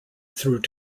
through